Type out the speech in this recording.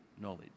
knowledge